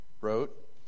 wrote